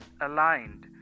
aligned